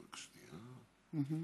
גברתי היושבת-ראש, אדוני